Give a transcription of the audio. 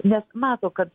nes mato kad